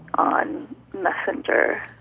on messenger.